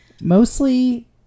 mostly